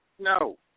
No